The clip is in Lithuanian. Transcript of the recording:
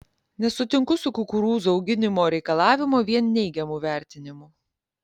nesutinku su kukurūzų auginimo reikalavimo vien neigiamu vertinimu